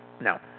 No